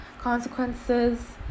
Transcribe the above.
consequences